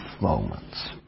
moments